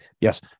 Yes